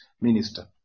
minister